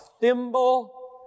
thimble